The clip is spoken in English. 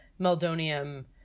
Meldonium